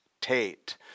Tate